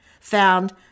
found